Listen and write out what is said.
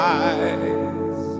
eyes